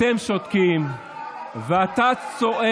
אבל אתם שותקים ואתם שותקים ואתם שותקים.